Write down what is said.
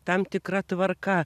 tam tikra tvarka